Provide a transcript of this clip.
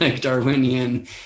Darwinian